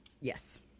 Yes